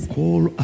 call